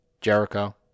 Jericho